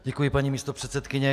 Děkuji, paní místopředsedkyně.